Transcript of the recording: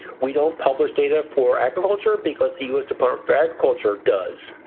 we don't publish data for agriculture because the us department of agriculture does.